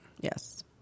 Yes